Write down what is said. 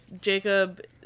Jacob